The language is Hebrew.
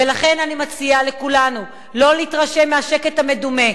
ולכן אני מציעה לכולנו לא להתרשם מהשקט המדומה.